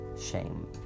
shame